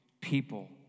people